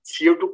co2